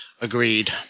Agreed